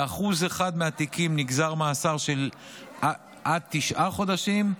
ב-1% מהתיקים נגזר מאסר של עד תשעה חודשים,